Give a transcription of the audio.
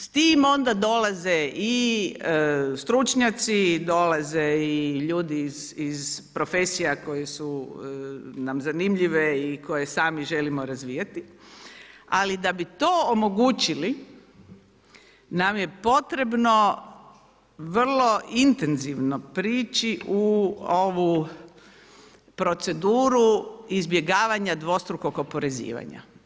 S tim onda dolaze i stručnjaci, dolazi i ljudi iz profesija koje su nam zanimljive i koje sami želimo razvijati, ali da bi to omogućili, nam je potrebno vrlo intenzivno prići u ovu proceduru izbjegavanja dvostrukog oporezivanja.